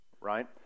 Right